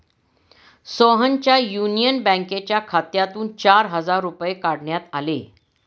सोहनच्या युनियन बँकेच्या खात्यातून चार हजार रुपये काढण्यात आले